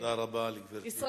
תודה רבה לגברתי.